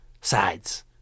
Sides